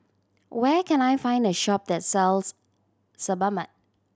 where can I find a shop that sells Sebamed